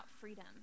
freedom